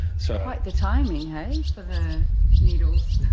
so. quite the timing hey, for the needles?